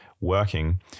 working